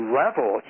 level